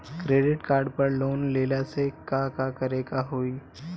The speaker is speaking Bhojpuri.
क्रेडिट कार्ड पर लोन लेला से का का करे क होइ?